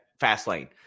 Fastlane